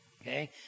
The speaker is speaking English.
okay